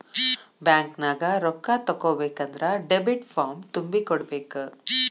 ಬ್ಯಾಂಕ್ನ್ಯಾಗ ರೊಕ್ಕಾ ತಕ್ಕೊಬೇಕನ್ದ್ರ ಡೆಬಿಟ್ ಫಾರ್ಮ್ ತುಂಬಿ ಕೊಡ್ಬೆಕ್